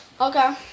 Okay